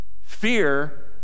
Fear